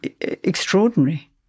extraordinary